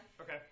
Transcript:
Okay